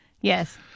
Yes